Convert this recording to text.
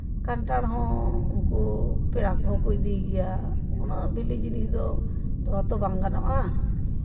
ᱠᱟᱱᱴᱷᱟᱲ ᱦᱚᱸ ᱩᱱᱠᱩ ᱯᱮᱲᱟ ᱠᱚᱦᱚᱸ ᱠᱚ ᱤᱫᱤᱭ ᱜᱮᱭᱟ ᱩᱱᱟᱹᱜ ᱵᱤᱞᱤ ᱡᱤᱱᱤᱥ ᱫᱚ ᱫᱚᱦᱚ ᱛᱚ ᱵᱟᱝ ᱜᱟᱱᱚᱜᱼᱟ